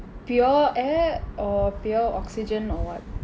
pure air or pure oxygen or what